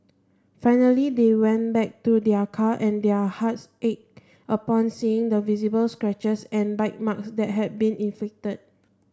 finally they went back to their car and their hearts ached upon seeing the visible scratches and bite marks that had been inflicted